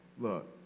look